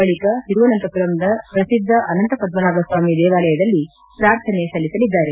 ಬಳಕ ತಿರುವನಂತಪುರಂದ ಪ್ರಸಿದ್ದ ಅನಂತ ಪದ್ಶನಾಭಸ್ವಾಮಿ ದೇವಾಲಯದಲ್ಲ ಪ್ರಾರ್ಥನೆ ಸಲ್ಲಿಸಅದ್ದಾರೆ